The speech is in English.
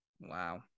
Wow